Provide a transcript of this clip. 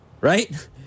right